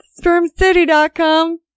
Spermcity.com